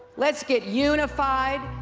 let's get unified,